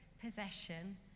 possession